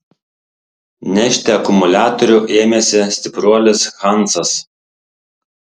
nešti akumuliatorių ėmėsi stipruolis hansas